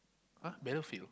!huh! Battlefield